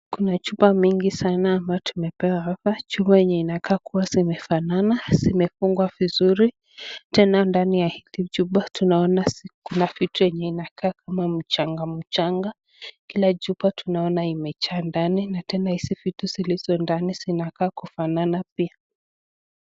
Kuna chupa mingi sana ambayo tumepewa hapa, chupa yenye inakaa kuwa simefanana zimefungwa vizuri tena ndani ya hizi chupa tunaona kuna vitu yenye inakaa kama mchanga, mchanga, kila chupa tunaona imejaa ndani na tena hizi vitu zilizo ndani zinakaa kufanana pia.